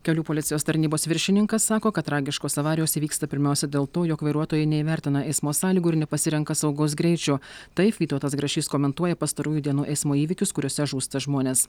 kelių policijos tarnybos viršininkas sako kad tragiškos avarijos įvyksta pirmiausia dėl to jog vairuotojai neįvertina eismo sąlygų ir nepasirenka saugaus greičio taip vytautas grašys komentuoja pastarųjų dienų eismo įvykius kuriuose žūsta žmonės